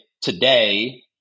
today